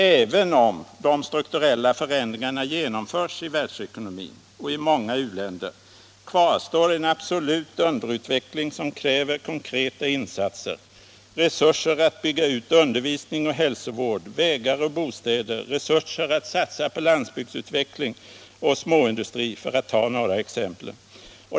Även om de strukturella förändringarna genomförs i världsekonomin och i många u-länder, kvarstår en absolut underutveckling som kräver konkreta insatser, resurser att bygga ut undervisning och hälsovård, vägar och bostäder, resurser att satsa på landsbygdsutveckling och småindustri, för att ta några exempel.